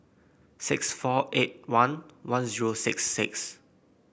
six four eight one one zero six six